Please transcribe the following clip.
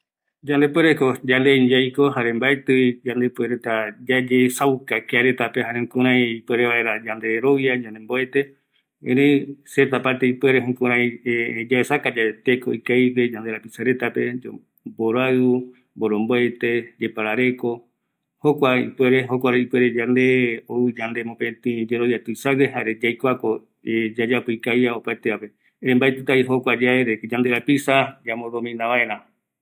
Yandepuereko yaesauka mbae ikavigue yanderapisaretape, erëï mbaetireve mbaeyuvanga rupi, opaete mboromboete rupi, jare mboroaɨu rupi, jokua ömeeta möpetï mïäkañi yanderapisa retape